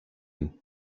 nous